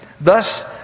thus